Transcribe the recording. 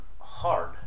hard